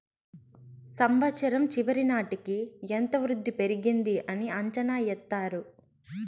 సంవచ్చరం చివరి నాటికి ఎంత వృద్ధి పెరిగింది అని అంచనా ఎత్తారు